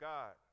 God